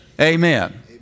Amen